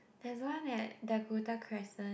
there's one at Dakota Crescent